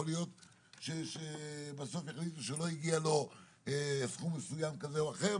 יכול להיות שבסוף יחליטו שלא הגיע לו סכום מסוים כזה או אחר,